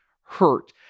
hurt